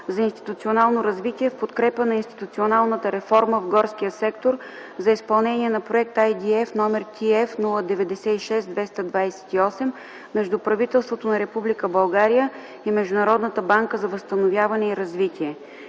за институционално развитие в подкрепа на институционалната реформа в горския сектор за изпълнение на проект IDF № TF-096228 между правителството на Република България и Международната банка за възстановяване и развитие